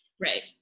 Right